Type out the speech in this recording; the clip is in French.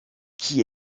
qui